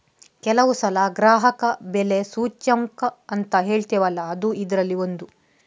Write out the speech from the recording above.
ಕೆಲವು ಸಲ ಗ್ರಾಹಕ ಬೆಲೆ ಸೂಚ್ಯಂಕ ಅಂತ ಹೇಳ್ತೇವಲ್ಲ ಅದೂ ಇದ್ರಲ್ಲಿ ಒಂದು